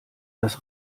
dass